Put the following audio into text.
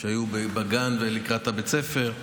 שהיו בגן ולקראת בית הספר.